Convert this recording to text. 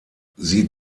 sie